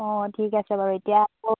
অঁ ঠিক আছে বাৰু এতিয়া আকৌ